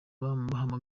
bahamagara